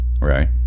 Right